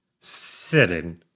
sitting